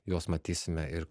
juos matysime ir